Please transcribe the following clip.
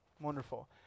wonderful